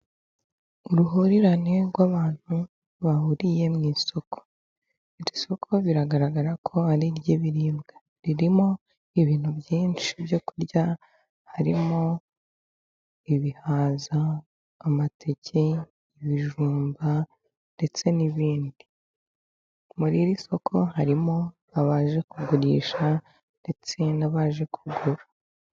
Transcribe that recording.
Uruhurirane rw'abantu bahuriye mu isoko. Iri soko biragaragara ko ari iry'ibiribwa ririmo ibintu byinshi ibyo kurya harimo ibihaza, amateke, ibijumba ndetse n'ibindi. Muri iri soko harimo abaje kugurisha ndetse n'abaje kugura.